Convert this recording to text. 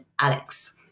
alex